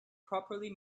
probably